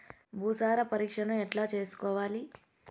భూసార పరీక్షను ఎట్లా చేసుకోవాలి?